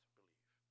believe